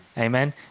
Amen